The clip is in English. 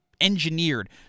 engineered